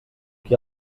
qui